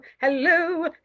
hello